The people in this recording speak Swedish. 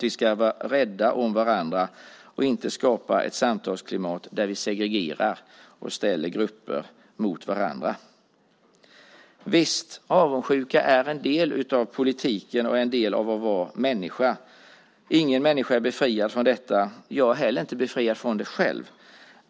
Vi ska vara rädda om varandra och inte skapa ett samtalsklimat där vi segregerar och ställer grupper mot varandra. Visst är avundsjukan en del av politiken och en del av att vara människa. Ingen människa är befriad från detta. Jag är inte befriad från den själv.